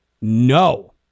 No